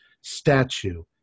Statue